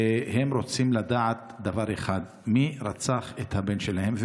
והם רוצים לדעת דבר אחד: מי רצח את הבן שלהם.